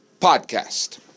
podcast